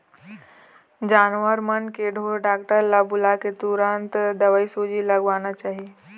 जानवर मन के ढोर डॉक्टर ल बुलाके तुरते दवईसूजी लगवाना चाही